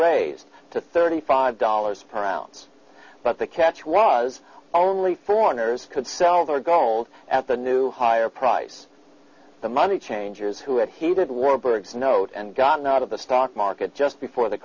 raised to thirty five dollars per ounce but the catch was only foreigners could sell their gold at the new higher price the money changers who had heeded warbirds notes and gotten out of the stock market just before the